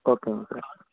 ஓகேங்க சார்